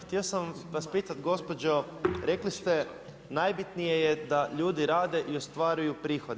Htio sam vas pitati gospođo, rekli ste najbitnije je da ljudi rade i ostvaruju prihode.